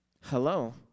hello